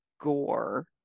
gore